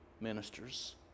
ministers